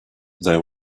there